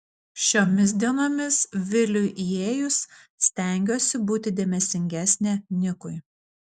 šiomis dienomis viliui įėjus stengiuosi būti dėmesingesnė nikui